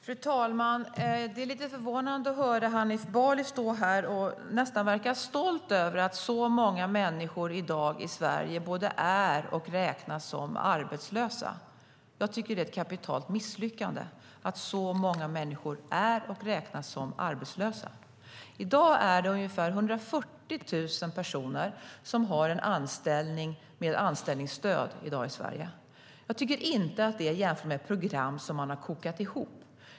Fru talman! Det är lite förvånande att Hanif Bali står här och nästan verkar stolt över att så många människor i Sverige både är och räknas som arbetslösa i dag. Jag tycker att det är ett kapitalt misslyckande att så många människor är och räknas som arbetslösa. I dag har ungefär 140 000 personer en anställning med anställningsstöd i Sverige. Jag tycker inte att det ska beskrivas som program som man har kokat ihop.